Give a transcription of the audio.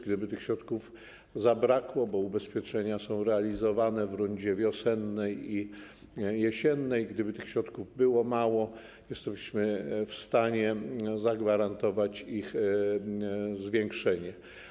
Gdyby tych środków zabrakło - bo ubezpieczenia są realizowane w rundzie wiosennej i jesiennej - gdyby tych środków było za mało, jesteśmy w stanie zagwarantować ich zwiększenie.